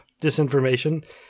disinformation